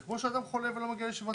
זה כמו שאדם חולה ולא מגיע לישיבה.